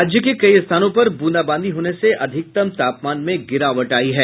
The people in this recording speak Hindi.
राज्य के कई स्थानों पर बूंदाबांदी होने से अधिकतम तापमान में गिरावट आयी है